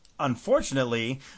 Unfortunately